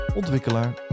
ontwikkelaar